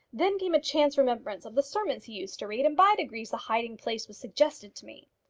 then came a chance remembrance of the sermons he used to read, and by degrees the hiding-place was suggested to me.